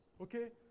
Okay